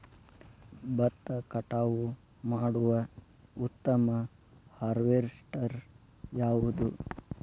ಭತ್ತ ಕಟಾವು ಮಾಡುವ ಉತ್ತಮ ಹಾರ್ವೇಸ್ಟರ್ ಯಾವುದು?